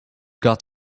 got